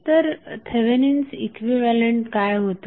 तर Thevenin's equivalent काय होते